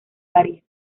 parís